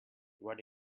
what